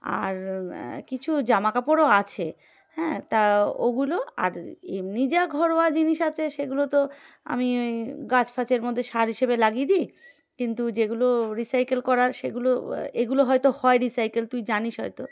আর কিছু জামাাকাপড়ও আছে হ্যাঁ তা ওগুলো আর এমনি যা ঘরোয়া জিনিস আছে সেগুলো তো আমি ওই গাছ ফাঁছের মধ্যে সার হিসেবে লাগিয়ে দিই কিন্তু যেগুলো রিসাইকেল করার সেগুলো এগুলো হয়তো হয় রিসাইকেল তুই জানিস হয়তো